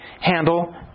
handle